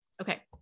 Okay